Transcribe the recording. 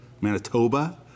Manitoba